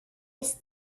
ist